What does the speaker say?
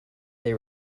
they